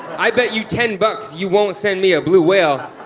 i bet you ten bucks you won't send me a blue whale.